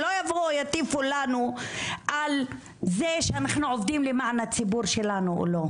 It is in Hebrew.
שלא יבואו ויטיפו לנו על זה שאנחנו עובדים למען הציבור שלנו או לא.